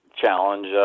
challenge